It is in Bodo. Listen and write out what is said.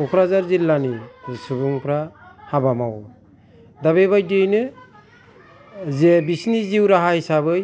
क'क्राझार जिल्लानि सुबुंफ्रा हाबा मावो दा बेबादियैनो जे बिसिनि जिउ राहा हिसाबै